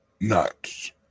nuts